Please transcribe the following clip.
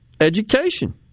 education